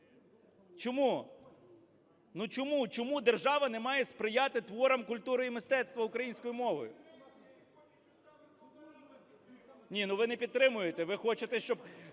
чому, чому держава не має сприяти творам культури і мистецтва українською мовою? Ні, ви не підтримуєте, ви хочете, щоб